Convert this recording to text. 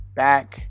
back